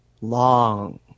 long